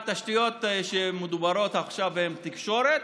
התשתיות שמדוברות עכשיו הן תקשורת,